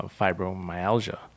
fibromyalgia